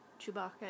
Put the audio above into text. Chewbacca